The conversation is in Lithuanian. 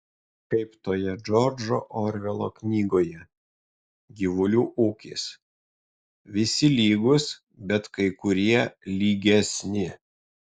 kaip toje džordžo orvelo knygoje gyvulių ūkis visi lygūs bet kai kurie lygesni